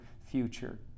future